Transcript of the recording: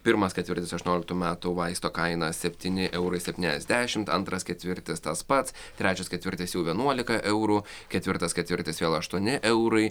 pirmas ketvirtis aštuonioliktų metų vaisto kaina septyni eurai septyniasdešimt antras ketvirtis tas pats trečias ketvirtis jau vienuolika eurų ketvirtas ketvirtis vėl aštuoni eurai